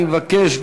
אני מבקש,